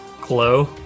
glow